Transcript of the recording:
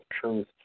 truth